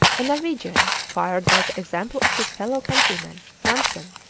a norwegian, fired by the example of his fellow-countryman, nansen,